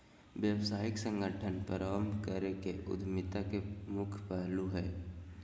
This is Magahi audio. व्यावसायिक संगठन प्रारम्भ करे के उद्यमिता के मुख्य पहलू हइ